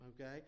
Okay